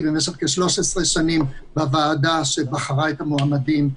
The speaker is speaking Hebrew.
במשך כ-13 שנים בוועדה שבחרה במועמדים.